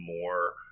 more